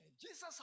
Jesus